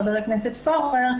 ח"כ פורר,